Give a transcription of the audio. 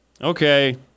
okay